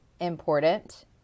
important